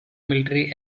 military